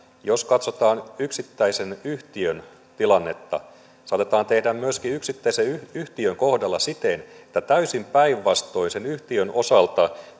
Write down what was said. jos katsotaan yksittäisen yhtiön tilannetta saatetaan tehdä myöskin yksittäisen yhtiön kohdalla siten että täysin päinvastoin sen yhtiön osalta